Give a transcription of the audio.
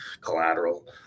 collateral